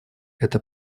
это